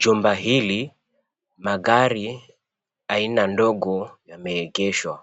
Jumba hili magari aina ndogo yameengeshwa